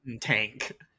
tank